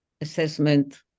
assessment